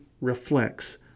reflects